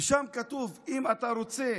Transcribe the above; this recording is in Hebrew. ושם כתוב שאם אתה רוצה